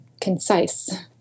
concise